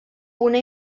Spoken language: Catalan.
una